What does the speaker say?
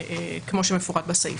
כמו שמפורט בסעיף.